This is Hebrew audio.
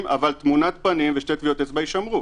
אבל תמונת פנים ושתי טביעות אצבע יישמרו.